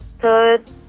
third